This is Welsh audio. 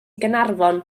gaernarfon